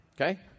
Okay